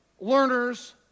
learners